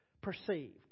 perceived